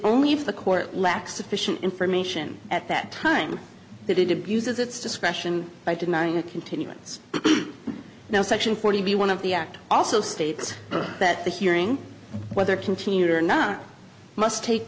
if the court lacks sufficient information at that time that it abuses its discretion by denying a continuance now section forty one of the act also states that the hearing whether continued or not must take